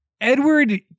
Edward